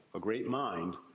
a great mind,